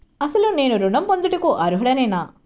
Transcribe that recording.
అసలు నేను ఋణం పొందుటకు అర్హుడనేన?